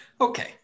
Okay